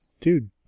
dude